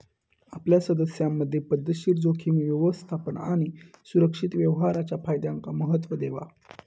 आपल्या सदस्यांमधे पध्दतशीर जोखीम व्यवस्थापन आणि सुरक्षित व्यवहाराच्या फायद्यांका महत्त्व देवा